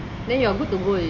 then you're good to go already